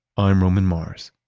i'm roman mars.